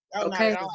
okay